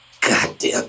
Goddamn